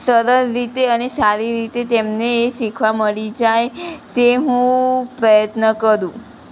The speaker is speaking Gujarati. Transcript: સરળ રીતે અને સારી રીતે તેમને એ શીખવા મળી જાય તે હું પ્રયત્ન કરું